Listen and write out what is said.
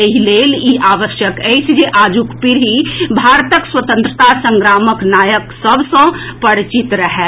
एहि लेल ई आवश्यक अछि जे आजुक पीढ़ी भारतक स्वतंत्रता संग्रामक नायक सभ सँ परिचित रहए